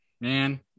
Man